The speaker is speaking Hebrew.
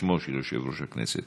בשמו של יושב-ראש הכנסת.